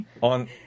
on